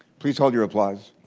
please hold your applause.